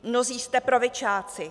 Mnozí jste pravičáci.